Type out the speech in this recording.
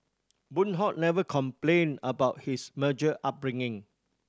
Boon Hock never complained about his upbringing